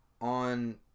on